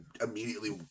immediately